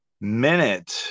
minute